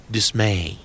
Dismay